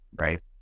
right